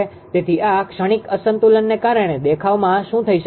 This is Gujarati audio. તેથી આ ક્ષણિક અસંતુલનને કારણે દેખાવમાં શું થઈ શકે છે